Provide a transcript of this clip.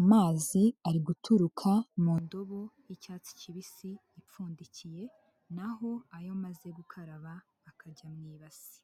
amazi ari guturuka mu ndobo y'icyatsi kibisi ipfundikiye, naho ayo amaze gukaraba akajya mu ibase.